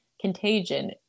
contagion